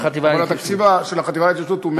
כל התקציב של החטיבה להתיישבות הוא 100,